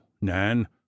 Nan